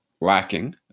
lacking